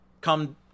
come